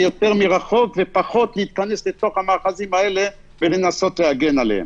יותר מרחוק ופחות להיכנס לתוך המאחזים האלה ולנסות להג עליהם.